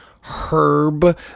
Herb